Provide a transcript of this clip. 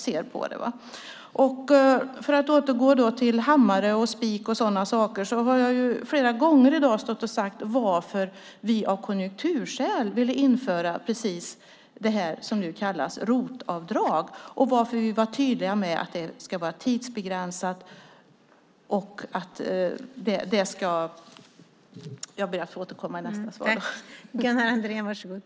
Flera gånger i dag - för att återgå till detta med hammare, spik och sådana saker - har jag här sagt varför vi av konjunkturskäl ville införa det som kallas för ROT-avdrag och varför vi var tydliga om att det skulle vara tidsbegränsat. Jag märker att talartiden är slut, så jag ber att få återkomma till detta i nästa replik.